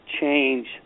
change